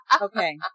Okay